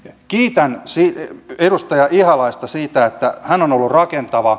kiitän edustaja ihalaista siitä että hän on ollut rakentava